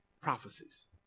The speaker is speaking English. prophecies